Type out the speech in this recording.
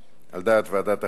על דעת ועדת החוקה,